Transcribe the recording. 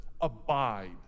abide